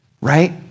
right